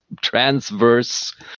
transverse